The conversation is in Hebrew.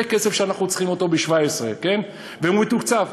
זה כסף שאנחנו צריכים ב-17', והוא מתוקצב.